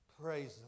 Praise